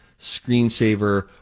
screensaver